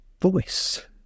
voice